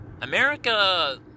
America